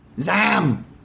Zam